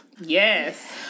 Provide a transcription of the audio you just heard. Yes